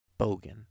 Bogan